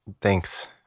thanks